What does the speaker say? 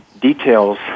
details